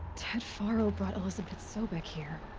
ted faro brought elisabet sobeck here.